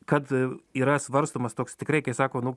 kad yra svarstomas toks tikrai kai sako nu